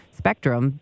spectrum